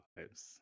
lives